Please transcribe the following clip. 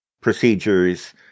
procedures